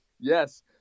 Yes